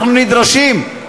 אנחנו נדרשים,